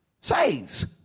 saves